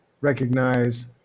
recognize